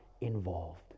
involved